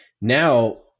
Now